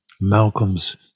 malcolm's